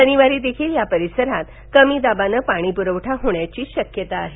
शनिबारी देखील या परिसरात कमी दाबानं पाणीपुरबठा होण्याची शक्यता आहे